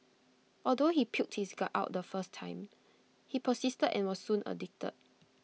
although he puked his guts out the first time he persisted and was soon addicted